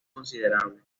considerables